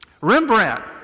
Rembrandt